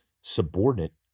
subordinate